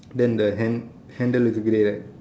then the hand~ handle is grey right